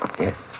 Yes